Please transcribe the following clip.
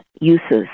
uses